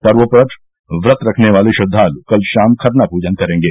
पर्व पर व्रत रखने वाले श्रद्वालु कल शाम खरना पूजन करेंगे